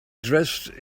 dressed